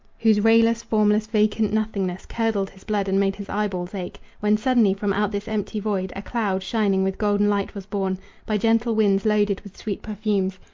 whose rayless, formless, vacant nothingness curdled his blood and made his eyeballs ache when suddenly from out this empty void a cloud, shining with golden light, was borne by gentle winds, loaded with sweet perfumes,